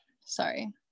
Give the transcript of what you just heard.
Sorry